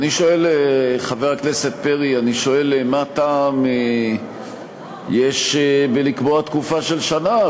שואל: מה טעם יש בקביעת תקופה של שנה?